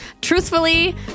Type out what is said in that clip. Truthfully